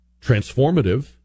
transformative